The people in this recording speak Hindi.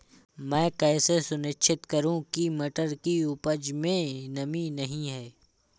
मैं कैसे सुनिश्चित करूँ की मटर की उपज में नमी नहीं है?